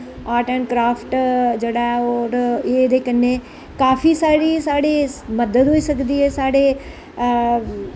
art and craft जेह्ड़ा ऐ ओह् एह् एह्दे कन्नै काफी सारी साढ़ी मदद होई सकदी ऐ साढ़े ऐ